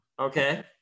Okay